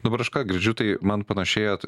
dabar aš ką girdžiu tai man panašėjat